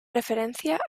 referencias